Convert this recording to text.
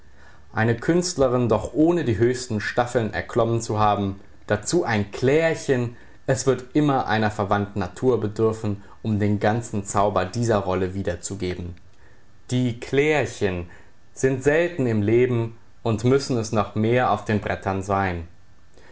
eine künstlerin doch ohne die höchsten staffeln erklommen zu haben dazu ein klärchen es wird immer einer verwandten natur bedürfen um den ganzen zauber dieser rolle wiederzugeben die klärchen sind selten im leben und müssen es noch mehr auf den brettern sein